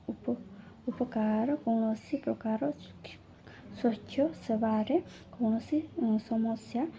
ଉପ ଉପକାର କୌଣସି ପ୍ରକାର ସ୍ୱଚ୍ଛ ସେବାରେ କୌଣସି ସମସ୍ୟା